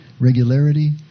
regularity